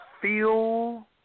feel